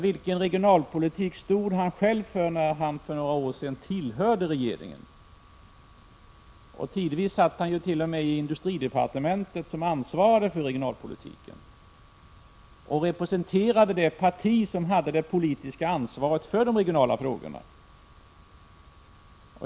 Vilken regionalpolitik stod han själv för när han för några år sedan tillhörde regeringen? Tidvis satt han ju t.o.m. i industridepartementet, som ansvarig för regionalpolitiken, och representerade det parti som hade det politiska ansvaret för de regionala frågorna.